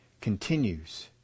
Continues